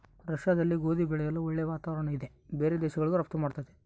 ರಷ್ಯಾದಲ್ಲಿ ಗೋಧಿ ಬೆಳೆಯಲು ಒಳ್ಳೆ ವಾತಾವರಣ ಇದೆ ಬೇರೆ ದೇಶಗಳಿಗೂ ರಫ್ತು ಮಾಡ್ತದೆ